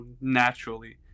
naturally